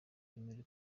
bemerewe